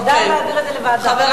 כדאי להעביר את זה לוועדה.